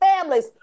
families